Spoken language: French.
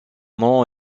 nom